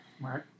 right